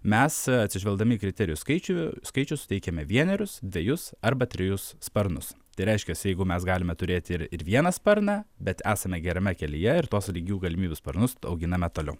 mes atsižvelgdami į kriterijų skaičių skaičių suteikiame vienerius dvejus arba trejus sparnus tai reiškia jeigu mes galime turėti ir vieną sparną bet esame gerame kelyje ir tuos lygių galimybių sparnus auginame toliau